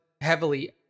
Heavily